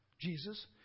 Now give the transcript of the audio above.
Jesus